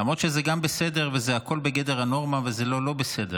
למרות שזה גם בסדר וזה הכול בגדר הנורמה וזה לא לא-בסדר,